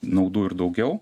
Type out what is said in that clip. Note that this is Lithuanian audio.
naudų ir daugiau